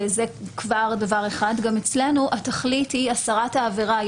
בנוסף, אצלנו התכלית היא הסרת העבירה.